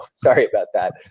sorry about that.